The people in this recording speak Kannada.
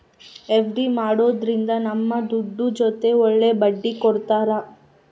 ಎಫ್.ಡಿ ಮಾಡೋದ್ರಿಂದ ನಮ್ ದುಡ್ಡು ಜೊತೆ ಒಳ್ಳೆ ಬಡ್ಡಿ ಕೊಡ್ತಾರ